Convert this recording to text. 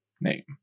name